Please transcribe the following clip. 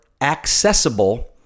accessible